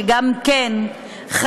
שגם כן חשפו,